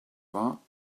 vingts